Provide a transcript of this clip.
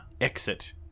exit